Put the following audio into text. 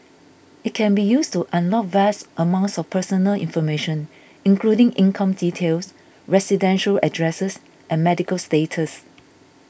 it can be used to unlock vast amounts of personal information including income details residential address and medical status